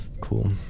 cool